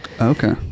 okay